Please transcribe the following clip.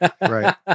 Right